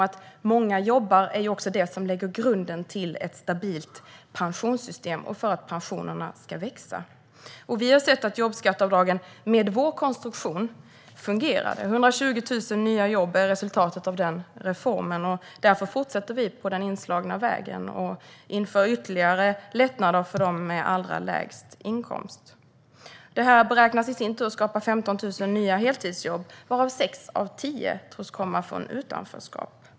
Att många jobbar är också det som lägger grunden för ett stabilt pensionssystem och för att pensionerna ska växa. Vi har sett att jobbskatteavdragen, med vår konstruktion, fungerade - 120 000 nya jobb är resultatet av den reformen. Därför fortsätter vi på den inslagna vägen och inför ytterligare lättnader för dem med allra lägst inkomst. Detta beräknas i sin tur skapa 15 000 nya heltidsjobb, varav sex av tio tros gå till personer som kommer från utanförskap.